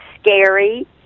scary